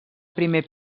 primer